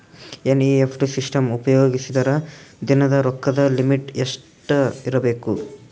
NEFT system ಉಪಯೋಗಿಸಿದರ ದಿನದ ರೊಕ್ಕದ ಲಿಮಿಟ್ ಎಷ್ಟ ಇರಬೇಕು?